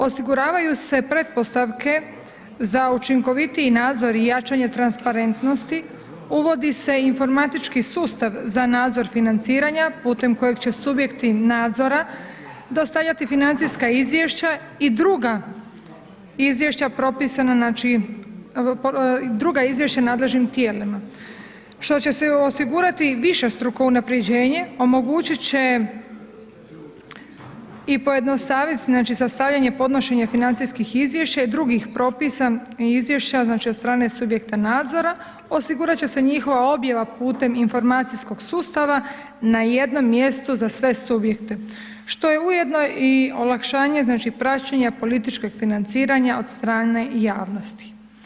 Osiguravaju se pretpostavke za učinkovitiji nadzor i jačanje transparentnosti, uvodi se i informatički sustav za nadzor financiranja putem kojeg će subjekti nadzora dostavljati financijska izvješća i druga izvješća nadležnih tijelima što će se osigurati višestruko unaprjeđenje, omogućit će i pojednostavit, znači sastavljanje i podnošenje financijskih izvješća i drugih propisa i izvješća od strane subjekta nadzora, osigurat će se njihova objava putem informacijskog sustava na jednom mjestu za sve subjekte što je ujedno olakšanje znači praćenja političkog financiranja od strane javnosti.